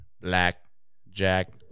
blackjack